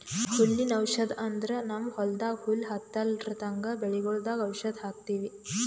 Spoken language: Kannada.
ಹುಲ್ಲಿನ್ ಔಷಧ್ ಅಂದ್ರ ನಮ್ಮ್ ಹೊಲ್ದಾಗ ಹುಲ್ಲ್ ಹತ್ತಲ್ರದಂಗ್ ಬೆಳಿಗೊಳ್ದಾಗ್ ಔಷಧ್ ಹಾಕ್ತಿವಿ